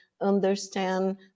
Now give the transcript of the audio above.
understand